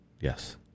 yes